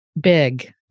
big